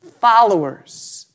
Followers